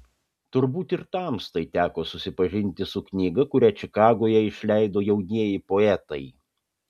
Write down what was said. turbūt ir tamstai teko susipažinti su knyga kurią čikagoje išleido jaunieji poetai